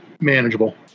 manageable